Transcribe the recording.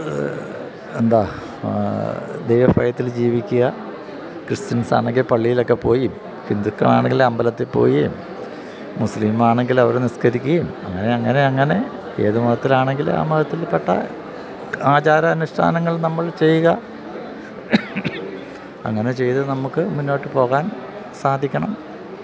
എന്താണ് ദൈവഭയത്തില് ജീവിക്കുക ക്രിസ്ത്യൻസാണെങ്കിൽ പള്ളിയിലൊക്കെ പോവുകയും ഹിന്ദുക്കളാണെങ്കില് അമ്പലത്തില് പോവുകയും മുസ്ലിമാണെങ്കില് അവര് നിസ്കരിക്കുകയും അങ്ങനെ അങ്ങനെ അങ്ങനെ ഏത് മതത്തിലാണെങ്കിലും ആ മതത്തില്പ്പെട്ട ആചാരാനുഷ്ഠാനങ്ങൾ നമ്മൾ ചെയ്യുക അങ്ങനെ ചെയ്ത് നമുക്ക് മുന്നോട്ട് പോകാൻ സാധിക്കണം